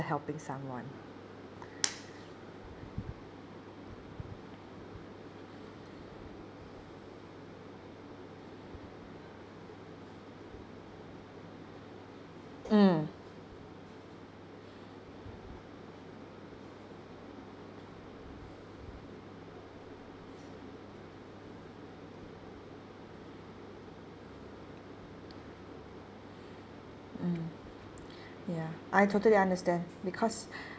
helping someone mm mm ya I totally understand because